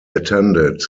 attended